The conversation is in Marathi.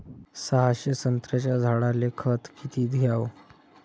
सहाशे संत्र्याच्या झाडायले खत किती घ्याव?